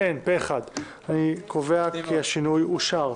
אין הבקשה לשינוי בהרכב